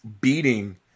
beating